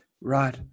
Right